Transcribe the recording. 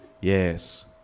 Yes